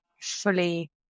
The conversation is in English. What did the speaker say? fully